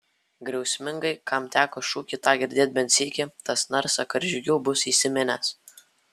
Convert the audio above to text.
griausmingai kam teko šūkį tą girdėt bent sykį tas narsą karžygių bus įsiminęs